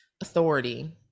authority